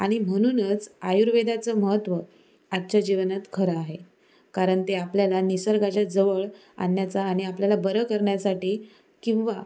आणि म्हणूनच आयुर्वेदाचं महत्त्व आजच्या जीवनात खरं आहे कारण ते आपल्याला निसर्गाच्या जवळ आणण्याचा आणि आपल्याला बरं करण्यासाठी किंवा